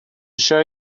show